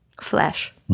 flesh